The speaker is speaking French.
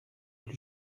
plus